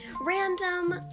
Random